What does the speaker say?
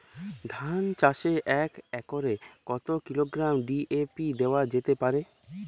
ধান চাষে এক একরে কত কিলোগ্রাম ডি.এ.পি দেওয়া যেতে পারে?